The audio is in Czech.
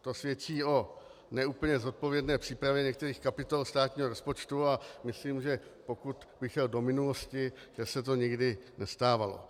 To svědčí o ne úplně zodpovědné přípravě některých kapitol státního rozpočtu a myslím, že pokud bych šel do minulosti, že se to nikdy nestávalo.